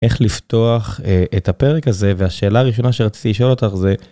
איך לפתוח את הפרק הזה והשאלה הראשונה שרציתי לשאול אותך זה.